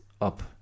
up